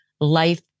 life